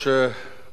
אני קורא לממשלה